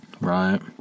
Right